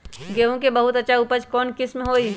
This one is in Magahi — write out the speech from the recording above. गेंहू के बहुत अच्छा उपज कौन किस्म होई?